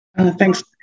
Thanks